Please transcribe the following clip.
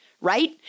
right